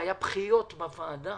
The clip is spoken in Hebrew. היו בכיות בוועדה.